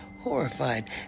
horrified